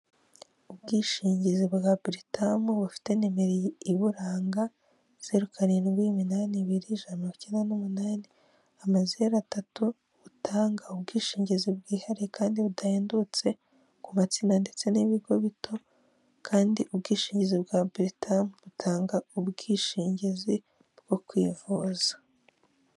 Ubwishingizi bwa buritamu bufite numero iburanga, zeru karindwi iminani ibiri, ijana na mirongo ikenda n'umunani, amazero atatu, butanga ubwishingizi bwihariye kandi budahendutse, ku matsinda ndetse n'ibigo bito, kandi ubwishingizi bwa buritamu butanga ubwishingizi bwo kwivuza.